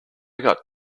got